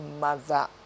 mother